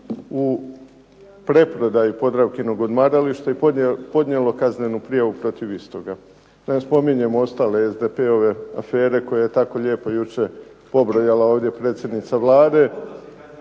u preprodaji "Podravkinog" odmarališta i podnijelo kaznenu prijavu protiv istoga. Da ne spominjem ostale SDP-ove afere koje je tako lijepo jučer pobrojala ovdje predsjednica Vlade.